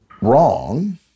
wrong